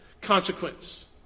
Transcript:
consequence